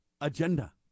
agenda